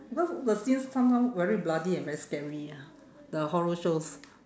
because the scenes sometime very bloody and very scary ah the horror shows